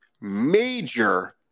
major